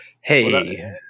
hey